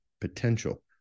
Potential